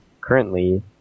currently